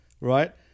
right